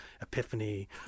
epiphany